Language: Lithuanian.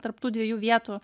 tarp tų dviejų vietų